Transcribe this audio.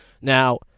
Now